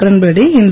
கிரண் பேடி இன்று